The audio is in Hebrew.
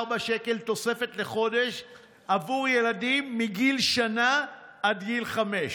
284 שקל תוספת לחודש עבור ילדים מגיל שנה עד גיל חמש.